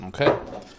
Okay